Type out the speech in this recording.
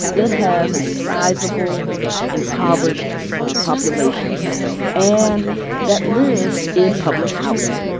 it has a sizable impoverished population and that lives in public housing,